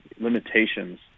limitations